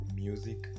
music